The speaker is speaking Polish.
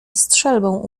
strzelbą